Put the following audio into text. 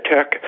Tech